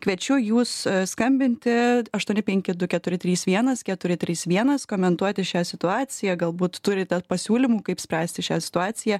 kviečiu jus skambinti aštuoni penki du keturi trys vienas keturi trys vienas komentuoti šią situaciją galbūt turite pasiūlymų kaip spręsti šią situaciją